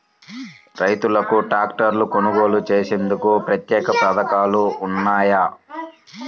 రైతులకు ట్రాక్టర్లు కొనుగోలు చేసేందుకు ప్రత్యేక పథకాలు ఉన్నాయా?